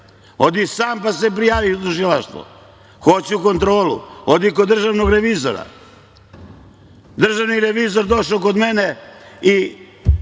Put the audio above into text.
idi sam pa se prijavi u tužilaštvo. Hoću kontrolu. Idi kod državnog revizora, a državni revizor došao kod mene i